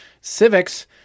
civics